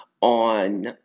on